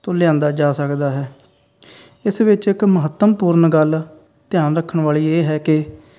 ਤੋਂ ਲਿਆਂਦਾ ਜਾ ਸਕਦਾ ਹੈ ਇਸ ਵਿੱਚ ਇੱਕ ਮਹੱਤਵਪੂਰਨ ਗੱਲ ਧਿਆਨ ਰੱਖਣ ਵਾਲੀ ਇਹ ਹੈ ਕਿ